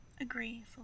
Agree